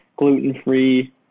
gluten-free